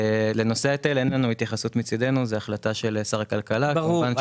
לנושא ההיטל אין לנו התייחסות זאת החלטה של שר הכלכלה -- ברור.